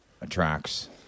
attracts